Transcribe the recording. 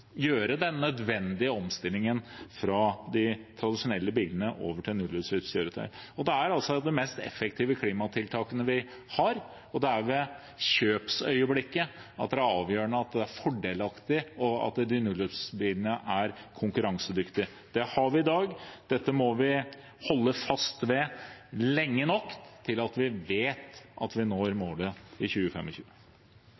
gjøre den nødvendige omstillingen fra de tradisjonelle bilene over til nullutslippskjøretøy. Det er også det mest effektive klimatiltaket vi har. Det er ved kjøpsøyeblikket det er avgjørende at det er fordelaktig og at nullutslippsbilene er konkurransedyktige. Slik har vi det i dag, og dette må vi holde fast ved lenge nok til at vi vet at vi når